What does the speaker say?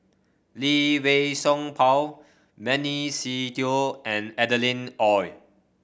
Lee Wei Song Paul Benny Se Teo and Adeline Ooi